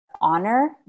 honor